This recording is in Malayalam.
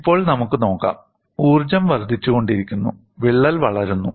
ഇപ്പോൾ നമുക്ക് നോക്കാം ഊർജ്ജം വർദ്ധിച്ചുകൊണ്ടിരിക്കുന്നു വിള്ളൽ വളരുന്നു